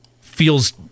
feels